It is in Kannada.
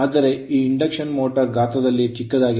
ಆದರೆ ಈ ಇಂಡಕ್ಷನ್ ಮೋಟರ್ ಗಾತ್ರದಲ್ಲಿ ಚಿಕ್ಕದಾಗಿದೆ